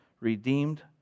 redeemed